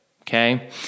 okay